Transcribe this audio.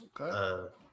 Okay